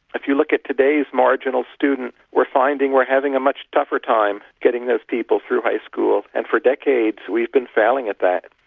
if you look at today's marginal student, we're finding we're having a much tougher time getting those people through high school. and for decades we've been failing at that.